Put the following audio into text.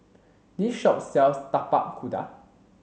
this shop sells Tapak Kuda